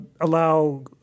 allow